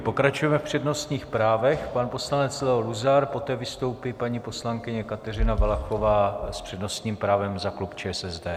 Pokračujeme v přednostních právech pan poslanec Leo Luzar, poté vystoupí paní poslankyně Kateřina Valachová s přednostním právem za klub ČSSD.